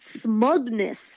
smugness